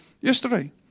yesterday